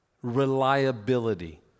reliability